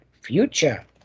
future